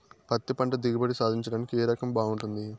పత్తి పంట దిగుబడి సాధించడానికి ఏ రకం బాగుంటుంది?